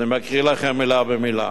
אני מקריא לכם מלה במלה: